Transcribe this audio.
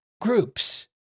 groups